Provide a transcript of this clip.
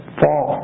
fall